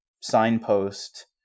signpost